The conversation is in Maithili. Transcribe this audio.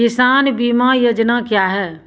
किसान बीमा योजना क्या हैं?